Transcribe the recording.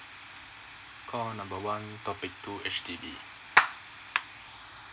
call number one topic two H_D_B